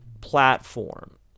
platform